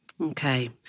Okay